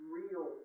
real